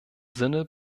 sinne